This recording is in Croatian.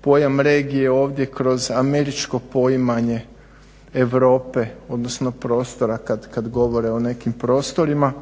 pojam regije ovdje kroz američko poimanje Europe, odnosno prostora kad govore o nekim prostorima.